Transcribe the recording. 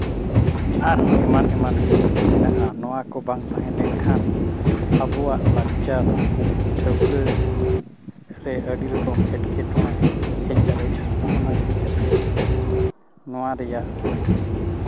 ᱟᱨᱦᱚᱸ ᱮᱢᱟᱱ ᱮᱢᱟᱱ ᱵᱤᱨᱤᱫ ᱢᱮᱱᱟᱜᱼᱟ ᱚᱱᱟ ᱠᱚ ᱵᱟᱝ ᱛᱟᱦᱮᱸ ᱞᱮᱱᱠᱷᱟᱱ ᱟᱵᱚᱣᱟᱜ ᱞᱟᱠᱪᱟᱨ ᱴᱷᱟᱹᱣᱠᱟᱹ ᱨᱮ ᱟᱹᱰᱤ ᱨᱚᱠᱚᱢ ᱮᱴᱠᱮᱴᱚᱬᱮ ᱦᱮᱡ ᱫᱟᱲᱮᱭᱟᱜᱼᱟ ᱚᱱᱟ ᱤᱫᱤ ᱠᱟᱛᱮᱫ ᱱᱚᱣᱟ ᱨᱮᱭᱟᱜ